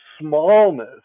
smallness